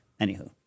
anywho